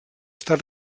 estat